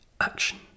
action